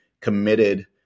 committed